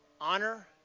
honor